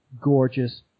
gorgeous